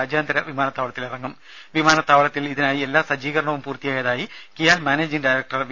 രാജ്യാന്തര കണ്ണൂർ വിമാനത്താവളത്തിൽ ഇതിനായുള്ള എല്ലാ സജ്ജീകരണവും പൂർത്തിയായതായി കിയാൽ മാനേജിംഗ് ഡയരക്ടർ വി